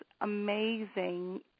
amazing